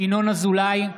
ינון אזולאי,